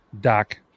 Doc